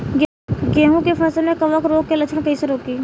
गेहूं के फसल में कवक रोग के लक्षण कईसे रोकी?